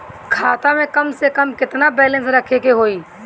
खाता में कम से कम केतना बैलेंस रखे के होईं?